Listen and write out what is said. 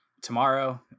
tomorrow